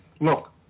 look